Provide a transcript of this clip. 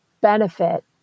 benefit